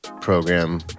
program